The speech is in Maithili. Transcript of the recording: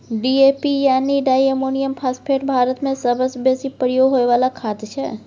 डी.ए.पी यानी डाइ अमोनियम फास्फेट भारतमे सबसँ बेसी प्रयोग होइ बला खाद छै